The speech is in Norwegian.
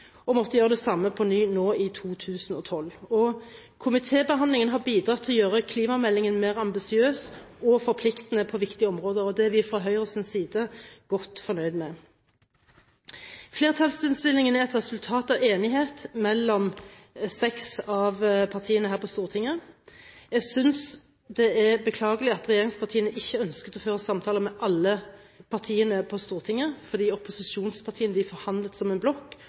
og måtte gjøre det samme på ny nå, i 2012. Komitébehandlingen har bidratt til å gjøre klimameldingen mer ambisiøs og forpliktende på viktige områder, og det er vi fra Høyres side godt fornøyd med. Flertallsinnstillingen er et resultat av enighet mellom seks av partiene her på Stortinget. Jeg synes det er beklagelig at regjeringspartiene ikke ønsket å føre samtaler med alle partiene på Stortinget. Opposisjonspartiene forhandlet som en blokk.